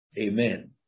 Amen